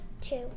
Two